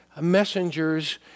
messengers